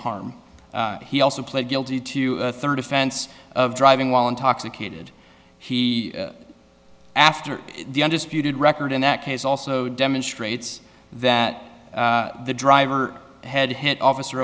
harm he also pled guilty to a third offense of driving while intoxicated he after the undisputed record in that case also demonstrates that the driver had hit officer